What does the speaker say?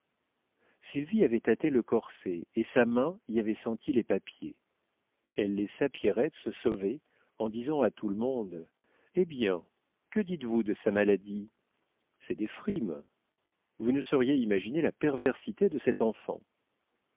sylvie avait tâté le corset et sa main y avait senti les papiers elle laissa pierrette se sauver en disant à tout le monde eh bien que dites-vous de sa maladie ce sont des frimes vous ne sauriez imaginer la perversité de cette enfant